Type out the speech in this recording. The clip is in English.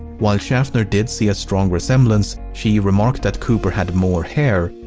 while schaffner did see a strong resemblance, she remarked that cooper had more hair,